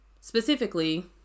specifically